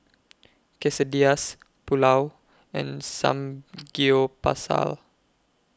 Quesadillas Pulao and Samgeyopsal